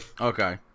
Okay